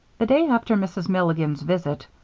the day after mrs. milligan's visit,